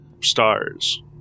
stars